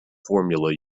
formula